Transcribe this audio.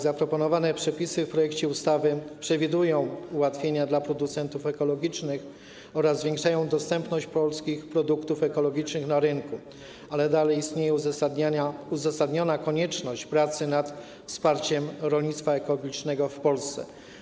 Zaproponowane przepisy w projekcie ustawy przewidują ułatwienia dla producentów ekologicznych oraz zwiększają dostępność polskich produktów ekologicznych na rynku, ale dalej istnieje uzasadniona konieczność pracy nad wsparciem rolnictwa ekologicznego w Polsce.